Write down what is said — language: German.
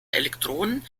elektronen